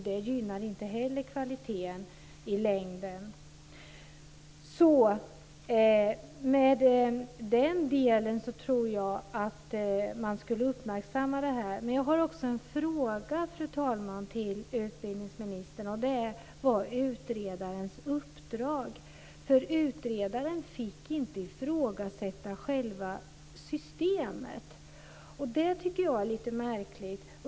Det gynnar inte heller kvaliteten i längden. Jag tror att man ska uppmärksamma detta. Jag har också en fråga, fru talman, till utbildningsministern, och det gäller utredarens uppdrag. Utredaren fick inte ifrågasätta själva systemet. Det tycker jag är lite märkligt.